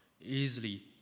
easily